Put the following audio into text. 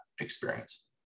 experience